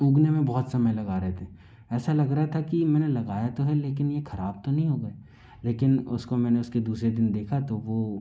उगने में बहुत समय लगा रहे थे ऐसा लग रहा था कि मैंने लगाया तो है लेकिन ये खराब तो नहीं हो गए लेकिन उसको मैंने उसके दूसरे दिन देखा तो वो